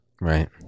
Right